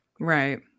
Right